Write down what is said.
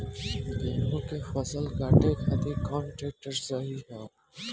गेहूँ के फसल काटे खातिर कौन ट्रैक्टर सही ह?